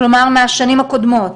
כלומר מהשנים הקודמות?